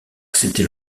accepté